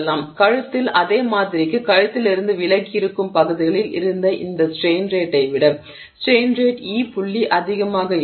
எனவே கழுத்தில் அதே மாதிரிக்கு கழுத்திலிருந்து விலகி இருக்கும் பகுதிகளில் இருந்த இந்த ஸ்ட்ரெய்ன் ரேட்டை விட ஸ்ட்ரெய்ன் ரேட் E புள்ளி அதிகமாக இருக்கும்